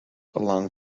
along